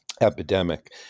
epidemic